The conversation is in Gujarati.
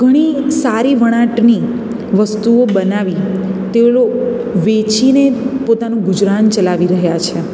ઘણી સારી વણાટની વસ્તુઓ બનાવી તેઓ વેચીને પોતાનું ગુજરાન ચલાવી રહ્યાં છે